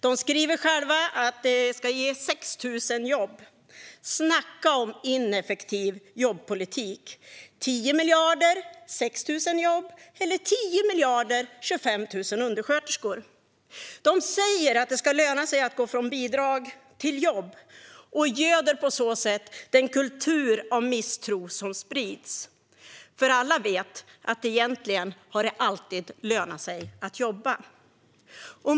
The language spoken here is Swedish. De skriver själva att det ska ge 6 000 jobb. Snacka om ineffektiv jobbpolitik! 10 miljarder - 6 000 jobb eller 10 miljarder - 25 000 undersköterskor. De säger att det ska löna sig att gå från bidrag till jobb och göder på så sätt den kultur av misstro som sprids, för alla vet att det egentligen alltid har lönat sig att jobba.